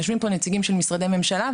יושבים פה נציגים של משרדי ממשלה,